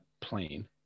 plane